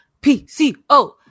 P-C-O